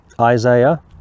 Isaiah